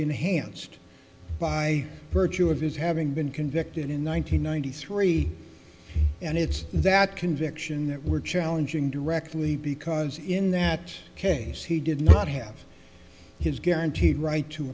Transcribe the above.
enhanced by virtue of his having been convicted in one thousand nine hundred three and it's that conviction that were challenging directly because in that case he did not have his guaranteed right to